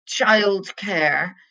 childcare